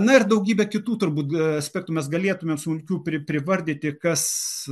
na ir daugybę kitų turbūt aspektų mes galėtume smulkių pri privardyti kas